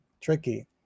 Tricky